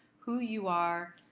who you are,